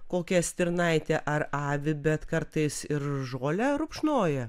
kokią stirnaitę ar avį bet kartais ir žolę rupšnoja